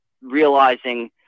realizing